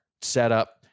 setup